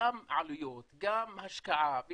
גם עלויות, גם השקעה.